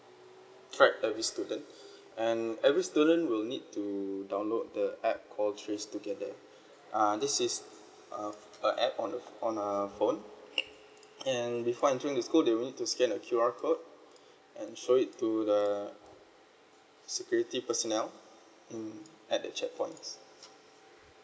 track every student and every student will need to download the app called trace together uh this is uh a add on uh on uh phone and before entering the school they will need to scan a Q R code and show it to the security personnel mm at the checkpoints